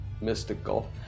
mystical